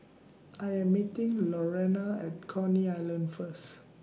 I Am meeting Lurena At Coney Island First